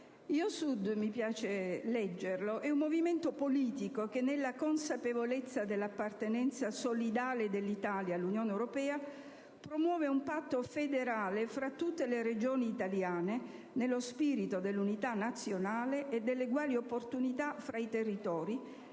Statuto - «è un movimento politico che, nella consapevolezza dell'appartenenza solidale dell'Italia all'Unione europea, promuove un patto federale tra tutte le Regioni italiane, nello spirito dell'unità nazionale e delle eguali opportunità tra i territori,